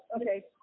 Okay